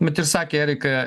bet ir sakė erika